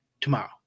tomorrow